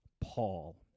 Paul